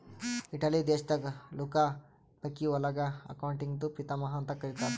Italy ದೇಶದಾಗ್ Luca ಪಕಿಒಲಿಗ ಅಕೌಂಟಿಂಗ್ದು ಪಿತಾಮಹಾ ಅಂತ್ ಕರಿತ್ತಾರ್